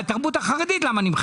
למה תקציב התרבות החרדית נמחק?